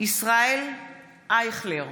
ישראל אייכלר,